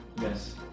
Yes